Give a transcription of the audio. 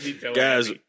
Guys